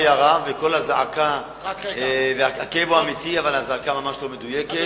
הכאב הוא אמיתי, אבל הזעקה ממש לא מדויקת.